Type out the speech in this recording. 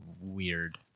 weird